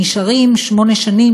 נשארים שמונה שנים,